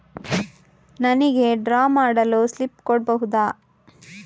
ನನಿಗೆ ಡ್ರಾ ಮಾಡಲು ಸ್ಲಿಪ್ ಕೊಡ್ಬಹುದಾ?